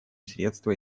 средство